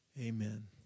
Amen